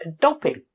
Doping